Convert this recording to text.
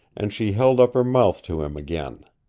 and she held up her mouth to him again.